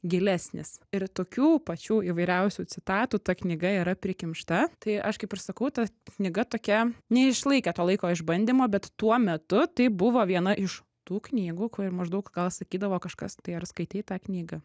gilesnis ir tokių pačių įvairiausių citatų ta knyga yra prikimšta tai aš kaip ir sakau ta knyga tokia neišlaikė to laiko išbandymo bet tuo metu tai buvo viena iš tų knygų kuri maždaug gal sakydavo kažkas tai ar skaitei tą knygą